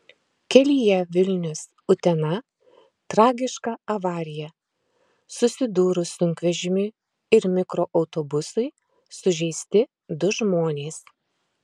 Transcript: kelyje vilnius utena tragiška avarija susidūrus sunkvežimiui ir mikroautobusui sužeisti du žmonės